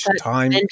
time